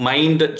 Mind